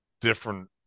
different